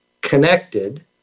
connected